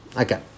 Okay